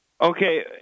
Okay